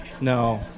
No